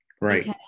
right